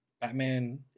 Batman